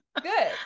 Good